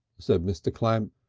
said mr. clamp.